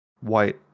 white